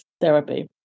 therapy